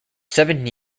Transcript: seven